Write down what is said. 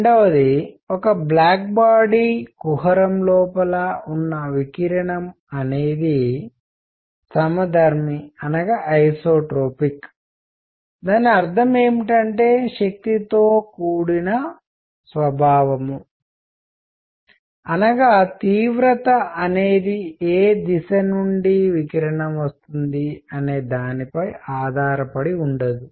రెండవది ఒక black body కుహరం లోపల ఉన్న వికిరణం అనేది సమధర్మిఐసోట్రోపిక్ దాని అర్ధం ఏమిటంటే శక్తితో కూడిన స్వభావం అనగా తీవ్రత అనేది ఏ దిశ నుండి వికిరణం వస్తుంది అనే దానిపై ఆధారపడి ఉండదు